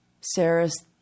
Sarah's